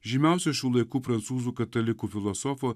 žymiausio šių laikų prancūzų katalikų filosofo